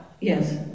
Yes